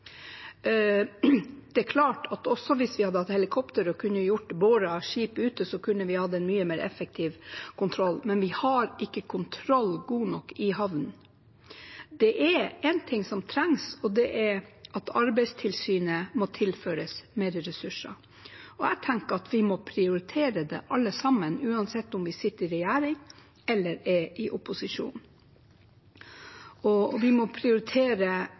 Det er klart at hvis vi også hadde hatt helikopter og kunne borde skip ute, kunne vi hatt en mye mer effektiv kontroll. Men vi har ikke god nok kontroll i havn. Det er én ting som trengs, og det er at Arbeidstilsynet må tilføres mer ressurser. Jeg tenker at vi må prioritere dette, alle sammen, uansett om vi sitter i regjering eller er i opposisjon. Og vi må prioritere